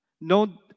No